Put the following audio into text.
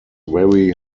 very